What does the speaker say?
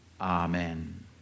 Amen